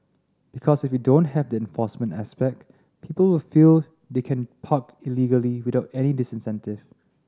because if you don't have the enforcement aspect people will feel they can park illegally without any disincentive